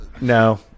no